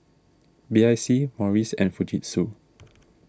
B I C Morries and Fujitsu